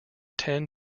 ten